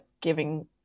giving